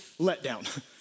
letdown